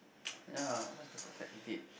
ya what's the perfect date